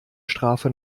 strafe